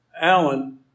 Alan